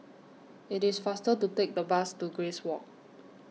IT IS faster to Take The Bus to Grace Walk